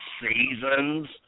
seasons